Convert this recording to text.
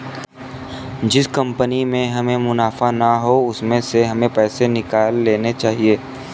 जिस कंपनी में हमें मुनाफा ना हो उसमें से हमें पैसे निकाल लेने चाहिए